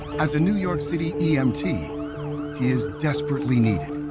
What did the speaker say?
as a new york city e m t, he is desperately needed.